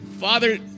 Father